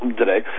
today